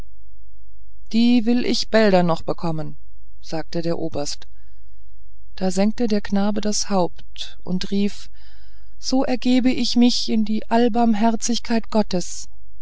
die will ich bälder noch bekommen sagte der oberst da senkte der knabe das haupt und rief so ergebe ich mich in die allbarmherzigkeit gottes